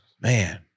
Man